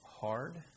hard